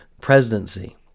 presidency